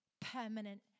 permanent